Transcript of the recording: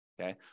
Okay